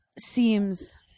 seems